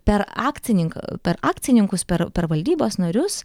per akcininką per akcininkus per per valdybos narius